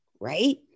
Right